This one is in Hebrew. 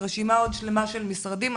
רשימה שלמה של משרדים.